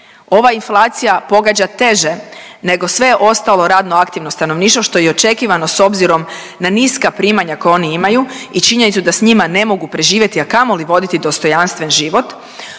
ova inflacija pogađa teže nego sve ostalo radno aktivno stanovništvo, što je i očekivano s obzirom na niska primanja koja oni imaju i činjenicu da s njima ne mogu preživjeti, a kamoli voditi dostojanstven život,